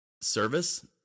service